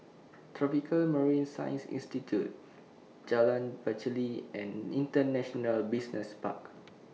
Tropical Marine Science Institute Jalan Pacheli and International Business Park